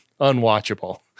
unwatchable